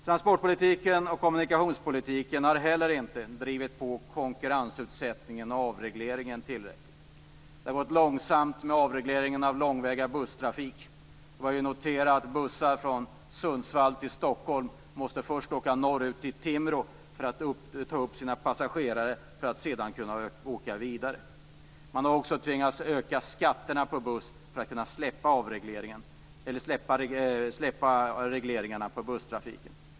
Transportpolitiken och kommunikationspolitiken har heller inte drivit på konkurrensutsättningen och avregleringen tillräckligt. Det har gått långsamt med avregleringarna för långväga busstrafik. Vi har noterat att bussar från Sundsvall som åker till Stockholm först måste åka norrut till Timrå för att ta upp passagerare för att sedan kunna åka vidare. Man har tvingats öka skatterna på buss för att kunna släppa regleringarna på busstrafiken.